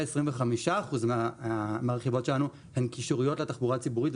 25% מהרכיבות שלנו הן קישוריות לתחבורה הציבורית,